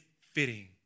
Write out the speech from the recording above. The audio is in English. fitting